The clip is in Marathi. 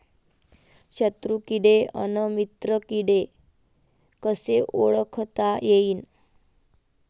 शत्रु किडे अन मित्र किडे कसे ओळखता येईन?